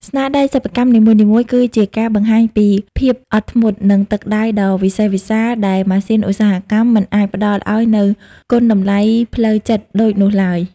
ស្នាដៃសិប្បកម្មនីមួយៗគឺជាការបង្ហាញពីភាពអត់ធ្មត់ និងទឹកដៃដ៏វិសេសវិសាល ដែលម៉ាស៊ីនឧស្សាហកម្មមិនអាចផ្ដល់ឱ្យនូវគុណតម្លៃផ្លូវចិត្តដូចនោះឡើយ។